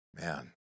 man